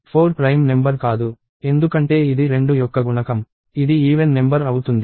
4 prime number కాదు ఎందుకంటే ఇది 2 యొక్క గుణకం ఇది ఈవెన్ నెంబర్ అవుతుంది